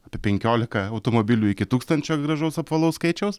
apie penkiolika automobilių iki tūkstančio gražaus apvalaus skaičiaus